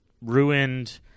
ruined